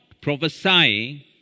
prophesying